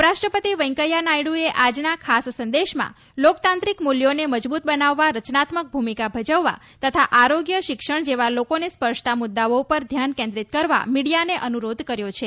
ઉપરાષ્ટ્રપતિ વૈંકેયા નાયડુએ આજના ખાસ સંદેશમાં લોકતાંત્રીક મૂલ્યોને મજબૂત બનાવવા રચનાત્મક ભૂમિકા ભજવવા તથા આરોગ્ય શિક્ષણ જેવા લોકોને સ્પર્શતા મુદ્દાઓ ઉપર ધ્યાન કેન્દ્રીત કરવા મિડિયાને અનુરોધ કર્યો છે